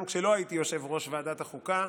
גם כשלא הייתי יושב-ראש ועדת החוקה,